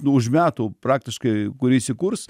už metų praktiškai kur įsikurs